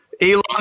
Elon